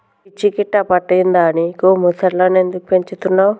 పిచ్చి గిట్టా పట్టిందా నీకు ముసల్లను ఎందుకు పెంచుతున్నవ్